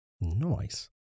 Nice